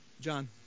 John